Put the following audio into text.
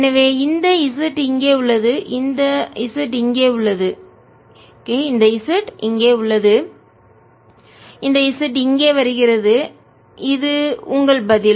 எனவே இந்த z இங்கே உள்ளது இந்த z இங்கே உள்ளது இந்த z இங்கே உள்ளது z இங்கே உள்ளது இந்த z இங்கே உள்ளது இந்த z இங்கே வருகிறது z இங்கே வருகிறது இது உங்கள் பதில்